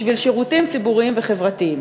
בשביל שירותים ציבוריים וחברתיים.